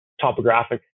topographic